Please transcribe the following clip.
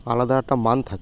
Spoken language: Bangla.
আলাদা একটা মান থাকে